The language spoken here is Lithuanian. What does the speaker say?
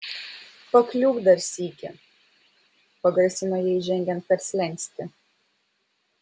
pakliūk dar sykį pagrasino jai žengiant per slenkstį